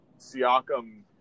Siakam